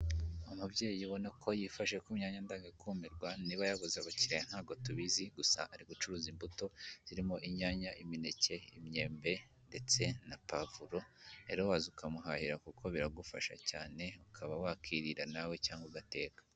Umubyeyi ubona ko yifashe ku myanya ndanga kumirwa, niba yabuze abakiriya ntabwo tubizi, gusa ari gucuruza imbuto zirimo inyanya imineke imyembe ndetse na pavuro, rero waza ukamuhahira kuko biragufasha cyane ukaba wakirira nawe cyangwa ugateka.